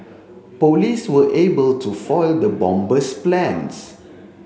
police were able to foil the bomber's plans